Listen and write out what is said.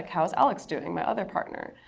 how's alex doing my other partner.